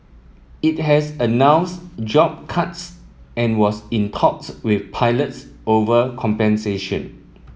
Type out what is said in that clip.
it has announced job cuts and was in talks with pilots over compensation